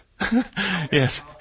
Yes